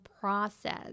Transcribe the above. process